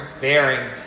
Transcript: bearing